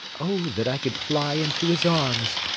oh that i could fly into his arms!